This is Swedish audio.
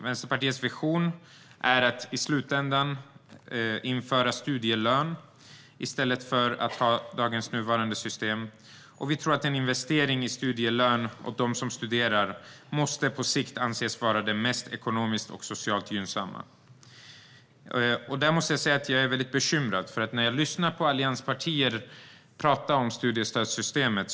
Vänsterpartiets vision är att i slutändan införa studielön i stället för dagens system. Vi tror att en investering i studielön och i dem som studerar är det som på sikt är mest ekonomiskt och socialt gynnsamt. Jag blir bekymrad när jag hör allianspartierna tala om studiestödssystemet.